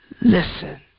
Listen